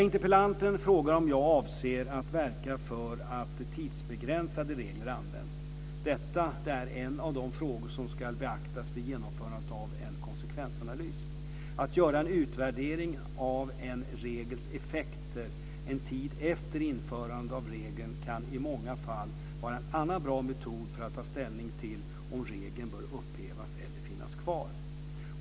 Interpellanten frågar om jag avser att verka för att tidsbegränsade regler används. Detta är en av de frågor som ska beaktas vid genomförande av en konsekvensanalys. Att göra en utvärdering av en regels effekter en tid efter införandet av regeln kan i många fall vara en annan bra metod för att ta ställning till om regeln bör upphävas eller finnas kvar.